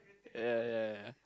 ya ya ya